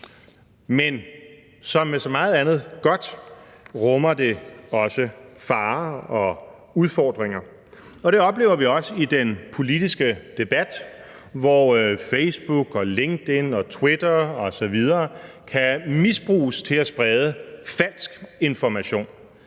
Men som med så meget andet godt rummer det også farer og udfordringer, og det oplever vi også i den politiske debat, hvor Facebook, Linkedin og Twitter osv. kan misbruges til at sprede falsk information.